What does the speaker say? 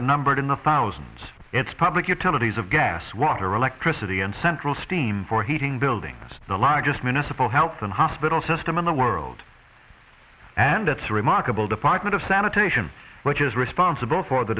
are numbered in the thousands it's public utilities of gas water electricity and central steam for heating buildings the largest municipal health and hospital system in the world and that's a remarkable department of sanitation which is responsible for the